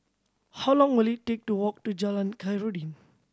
how long will it take to walk to Jalan Khairuddin